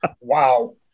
Wow